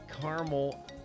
caramel